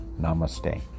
Namaste